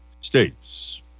states